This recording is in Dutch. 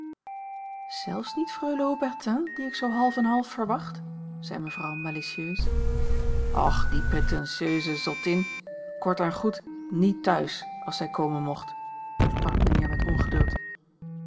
zelfs niet freule haubertin die ik zoo half en half verwacht zei mevrouw malicieus och die pretentieuze zottin kort en goed niet thuis als zij komen mocht sprak mijnheer met ongeduld